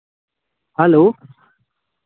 hello